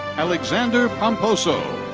alexander pomposo.